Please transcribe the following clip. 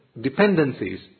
dependencies